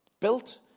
built